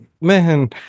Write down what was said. man